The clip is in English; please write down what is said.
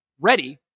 ready